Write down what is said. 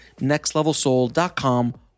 nextlevelsoul.com